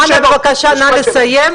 אנא, בבקשה, נא לסיים.